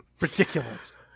ridiculous